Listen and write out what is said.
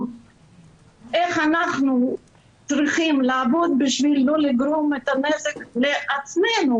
איך אנחנו צריכים לעבוד כדי לא לגרום נזק גם לעצמנו,